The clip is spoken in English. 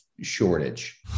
shortage